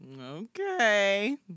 okay